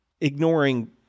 ignoring